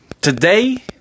Today